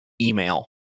email